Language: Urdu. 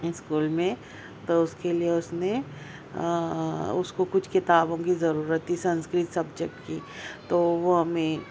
اسکول میں تو اس کے لیے اس نے اس کو کچھ کتابوں کی ضرورت تھی سنسکرت سبجیکٹ کی تو وہ ہمیں